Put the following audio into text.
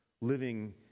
living